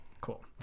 cool